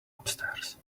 upstairs